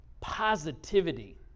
positivity